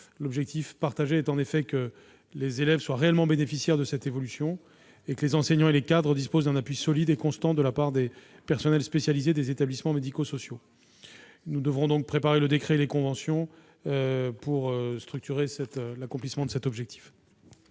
objectif partagé est en effet que les élèves soient réellement bénéficiaires de cette évolution et que les enseignants et les cadres disposent d'un appui solide et constant de la part des personnels spécialisés des établissements médico-sociaux. Il nous faudra ensuite préparer le décret et les conventions permettant de structurer l'accomplissement de cet objectif.